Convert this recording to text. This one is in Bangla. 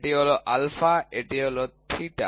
এটি হলো আলফা এটি হলো থিটা